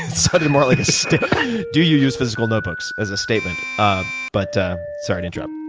it sounded more like do you use physical notebooks as a statement ah but sorry to interrupt.